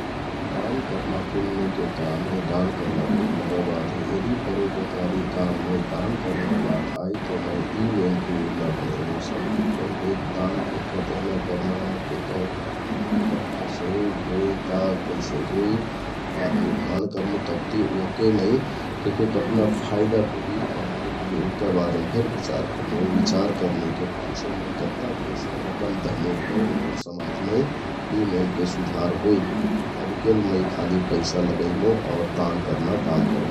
दान करना पुन्यके काम हे, दान करना बहुत मजा बात हे यदि परोपकारी काममे दान करना बात आइ तौ मै यि मेलके योजना बनैमुँ । सबति पहिले दान केहना तेहना करना हे, केहका कतना सहयोग होइ, का कैसे होइ बात निर्धारण करमुँ तबति ओहके मै केहके कतना फाइदा पुगि आउ नाइ पुगि ओहका बारेम फेक बिचार करमुँ । उ बिचार करनेके पाछे मै कत्ता पैंसा, रकम देहमुँ तौ मोर समाजमे यि मेलके सुधार होइ तबकेल मै खालि पैंसा लगैमुँ आउर दान करना काम करमुँ ।